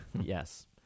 Yes